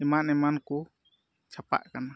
ᱮᱢᱟᱱᱼᱮᱢᱟᱱ ᱠᱚ ᱪᱷᱟᱯᱟᱜ ᱠᱟᱱᱟ